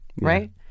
right